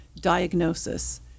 diagnosis